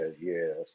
Yes